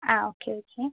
ആ okay okay